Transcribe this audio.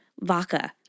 vodka